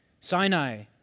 Sinai